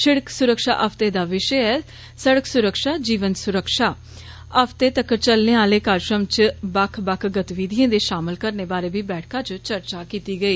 सिड़क सुरक्षा हफते दा विशय ऐ 'सड़क सुरक्षा जीवन रक्षा' हफते तक्कर चलने आहले कार्जक्रम च बक्ख बक्ख गितविधिएं दे षामल करने बारै बी बैठका च चर्चा किती गेई